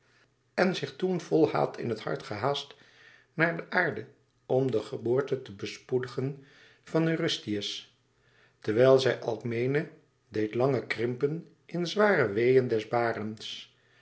en toen zich vol haat in het hart gehaast naar de aarde om de geboorte te verspoedigen eurysteus terwijl zij alkmene deed lange krimpen in zware weeën des barens